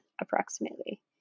approximately